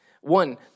One